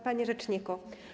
Panie Rzeczniku!